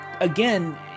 again